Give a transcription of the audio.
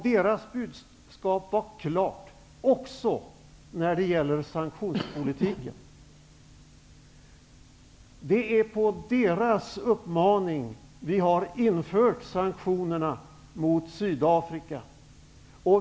Deras budskap var klart också när det gäller sanktionspolitiken. Det är på deras uppmaning vi har infört sanktionerna mot Sydafrika.